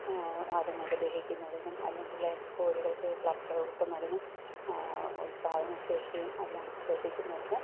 അതിങ്ങൾക്ക് ദഹിക്കുന്നതിനും അല്ലെങ്കിൽ കോഴികൾക്ക് വളർച്ച കൂട്ടുന്നതിനും ഉല്പാദനശേഷിയും എല്ലാം വെപ്പിക്കുന്നതിന്